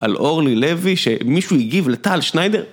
על אורלי לוי שמישהו הגיב לטל שניידר?